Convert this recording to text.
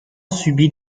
subit